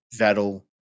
vettel